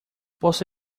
posso